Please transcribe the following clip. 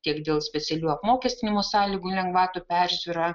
tiek dėl specialių apmokestinimo sąlygų lengvatų peržiūra